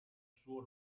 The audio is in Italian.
suo